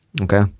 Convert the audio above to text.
okay